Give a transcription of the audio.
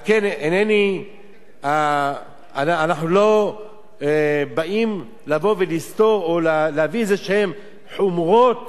אנחנו לא באים לסתור או להביא איזה חומרות